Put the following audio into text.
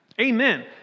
Amen